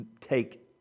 Take